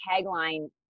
tagline